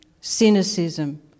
cynicism